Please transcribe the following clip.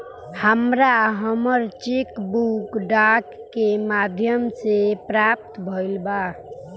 हमरा हमर cheque book डाक के माध्यम से प्राप्त भईल बा